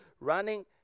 running